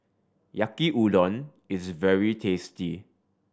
Yaki Udon is very tasty